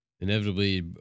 inevitably